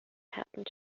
happened